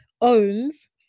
owns